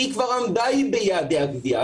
כי היא כבר עמדה ביעדי הגבייה.